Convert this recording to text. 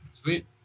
Sweet